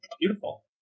Beautiful